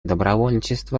добровольчество